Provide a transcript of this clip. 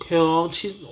okay lor